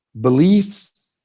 beliefs